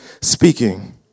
speaking